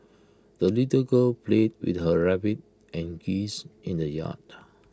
the little girl played with her rabbit and geese in the yard